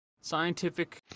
scientific